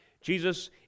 Jesus